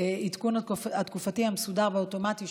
מחכה שהעדכון התקופתי המסודר והאוטומטי,